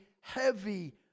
heavy